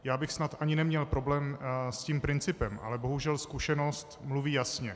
Já bych snad ani neměl problém s tím principem, ale bohužel zkušenost mluví jasně.